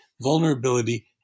Vulnerability